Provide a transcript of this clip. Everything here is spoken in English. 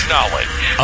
Knowledge